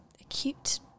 acute